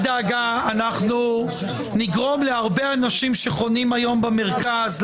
אנחנו נגרום להרבה אנשים שחונים היום במרכז,